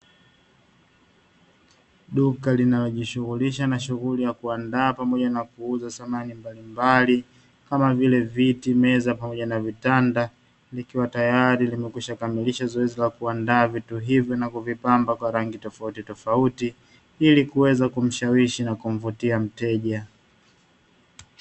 Duka linalojishughulisha na shughuli ya kuandaa pamoja na kuuza samani mbalimbali kama vile; viti, meza pamoja na vitanda nikiwa tayari limekwisha kamilisha zoezi la kuandaa vitu hivi na kuvipamba kwa rangi tofautitofauti, ili kuweza kumshawishi na kumvutia mteja.